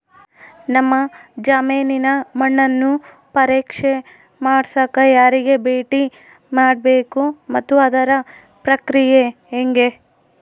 ನಮ್ಮ ಜಮೇನಿನ ಮಣ್ಣನ್ನು ಪರೇಕ್ಷೆ ಮಾಡ್ಸಕ ಯಾರಿಗೆ ಭೇಟಿ ಮಾಡಬೇಕು ಮತ್ತು ಅದರ ಪ್ರಕ್ರಿಯೆ ಹೆಂಗೆ?